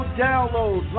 download